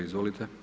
Izvolite.